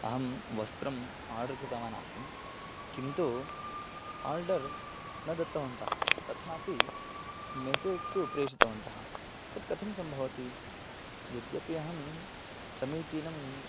अहं वस्त्रम् आर्डर् कृतवान् आसम् किन्तु आर्डर् न दत्तवन्तः तथापि मेसेज् तु प्रेषितवन्तः तत् कथं सम्भवति यद्यपि अहं समीचीनं